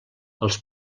els